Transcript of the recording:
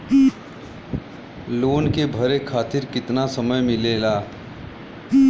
Loan के भरे खातिर कितना समय मिलेला?